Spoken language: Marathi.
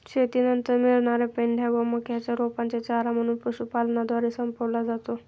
शेतीनंतर मिळणार्या पेंढ्या व मक्याच्या रोपांचे चारा म्हणून पशुपालनद्वारे संपवला जातो